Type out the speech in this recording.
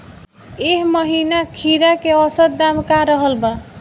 एह महीना खीरा के औसत दाम का रहल बा?